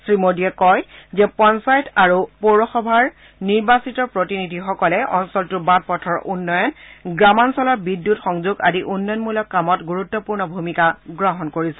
শ্ৰীমোদীয়ে কয় যে পঞ্চায়ত আৰু পৌৰসভাৰ নিৰ্বাচিত প্ৰতিনিধিসকলে অঞ্চলটোৰ বাটপথৰ উন্নয়ন গ্ৰামাঞ্চলৰ বিদ্যুৎ সংযোগ আদি উন্নয়নমলক কামত গুৰুত্বপূৰ্ণ ভূমিকা গ্ৰহণ কৰিছে